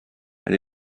elle